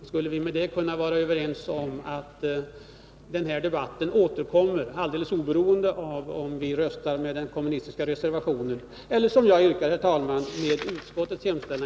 Vi kan med detta vara överens om att denna debatt återkommer alldeles oavsett om vi röstar med den kommunistiska reservationen eller — som jag yrkar, herr talman — med utskottets hemställan.